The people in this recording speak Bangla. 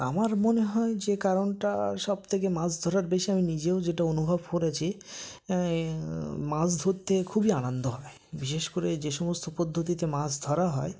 আমার মনে হয় যে কারণটা সবথেকে মাছ ধরার বেশি আমি নিজেও যেটা অনুভব করেছি মাছ ধরতে খুবই আনন্দ হবে বিশেষ করে যে সমস্ত পদ্ধতিতে মাছ ধরা হয়